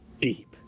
deep